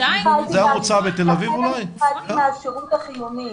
חלק מהשירות החיוני.